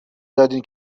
دادین